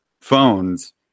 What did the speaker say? phones